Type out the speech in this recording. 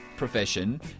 Profession